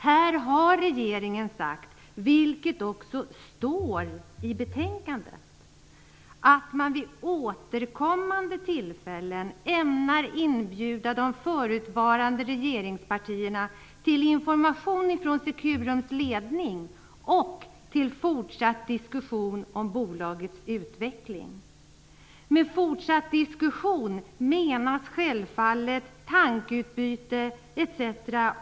Här har regeringen sagt - vilket också står i betänkandet - att man vid återkommande tillfällen ämnar inbjuda de förutvarande regeringspartierna till information från Securums ledning och till fortsatt diskussion om bolagets utveckling. Med fortsatt diskussion menas självfallet tankeutbyte etc.